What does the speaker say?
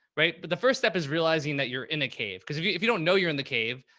right. but the first step is realizing that you're in a cave. cause if you, if you don't know you're in the cave,